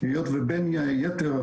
היות ובין היתר,